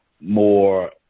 more